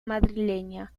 madrileña